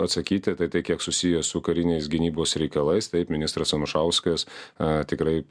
atsakyti tai kiek susiję su kariniais gynybos reikalais taip ministras anušauskas a tikrai